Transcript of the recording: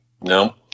No